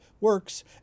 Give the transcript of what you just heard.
works